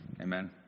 Amen